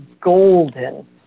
golden